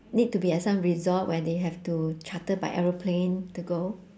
need to be at some resort where they have to charter by aeroplane to go